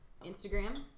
Instagram